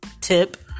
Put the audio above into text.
tip